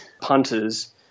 punters